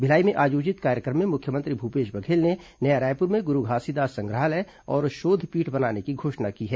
भिलाई में आयोजित कार्यक्रम में मुख्यमंत्री भूपेश बधेल ने नया रायपुर में गुरू घासीदास संग्रहालय और शोध पीठ बनाने की घोषणा की है